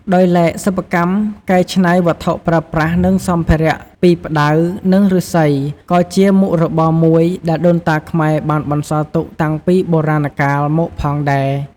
ដោយឡែកសិប្បកម្មកែឆ្នៃវត្ថុប្រើប្រាស់និងសម្ភារៈពីផ្តៅនិងឬស្សីក៏ជាមុខរបរមួយដែលដូនតាខ្មែរបានបន្សល់ទុកតាំងពីបុរាណកាលមកផងដែរ។